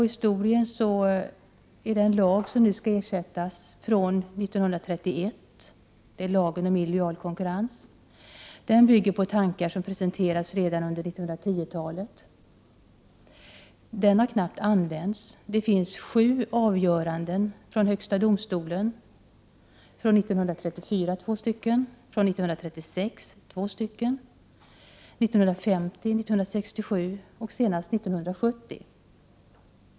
Historiskt sett är den lag som nu skall ersättas från 1931. Det är lagen om illojal konkurrens. Den bygger på tankar som presenterats redan under 1910-talet. Den har knappt använts. Det finns sju avgöranden från högsta domstolen; två stycken från 1934, två stycken från 1936 samt från 1950, 1967 och senast från 1970.